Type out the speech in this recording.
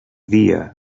dia